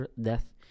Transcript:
death